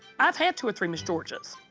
i've had two or three miss georgias.